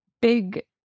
big